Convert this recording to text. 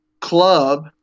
club